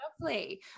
lovely